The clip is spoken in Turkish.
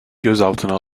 gözaltına